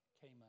came